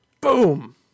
Boom